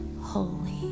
holy